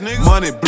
Money